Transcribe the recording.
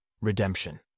redemption